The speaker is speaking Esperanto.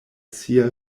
sia